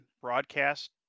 broadcast